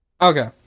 Okay